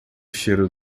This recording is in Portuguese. cheiro